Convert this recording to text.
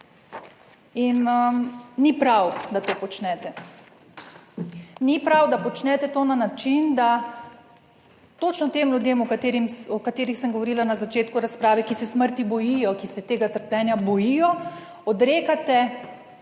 In ni prav, da to počnete. Ni prav, da počnete to na način, da točno tem ljudem, o katerih sem govorila na začetku razprave, ki se smrti bojijo, ki se tega trpljenja bojijo, odrekate